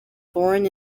foreign